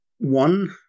One